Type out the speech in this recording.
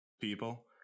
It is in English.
people